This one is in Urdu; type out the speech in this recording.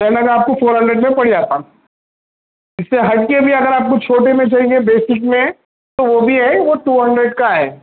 چائنا کا آپ کو فور ہنڈریڈ میں پڑ جاتا اِس سے ہٹ كے بھی اگر آپ کو چھوٹے میں چاہیے بیسک میں تو وہ بھی ہے وہ ٹو ہنڈریڈ کا ہے